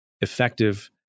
effective